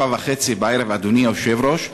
אדוני היושב-ראש,